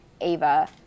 Ava